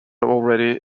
already